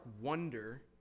wonder